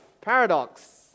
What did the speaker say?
Paradox